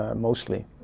um mostly.